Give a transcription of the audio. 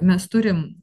mes turim